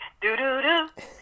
Do-do-do